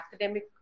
academic